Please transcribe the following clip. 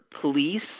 police